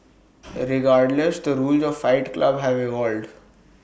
regardless the rules of fight club have evolved